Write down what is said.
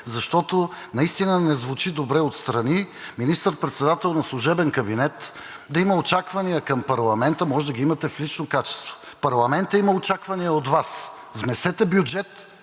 защото наистина не звучи добре отстрани министър-председател на служебен кабинет да има очаквания към парламента. Може да ги имате в лично качество. Парламентът има очаквания от Вас. Внесете бюджет.